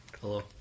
Hello